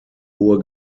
hohe